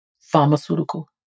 Pharmaceutical